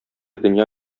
дөнья